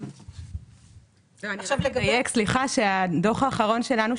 אני אדייק הדוח האחרון שלנו,